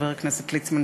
חבר הכנסת ליצמן,